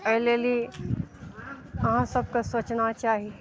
अइ लेली अहाँ सबके सोचना चाही